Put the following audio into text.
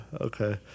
okay